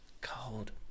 Cold